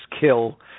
kill